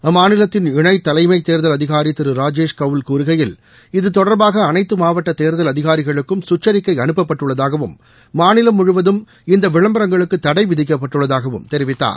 அம்மாநிலத்தின் இணை தலைமை தேர்தல் அதிகாரி திரு ராஜேஷ் கவுல் மாவட்ட தேர்தல்அதிகாரிகளுக்கும் சுற்றறிக்கை அனுப்பப்பட்டுள்ளதாகவும் மாநிலம் முழுவதும் இந்த விளம்பரங்களுக்கு தடை விதிக்கப்பட்டுள்ளதாகவும் தெரிவித்தார்